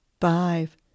five